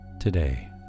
Today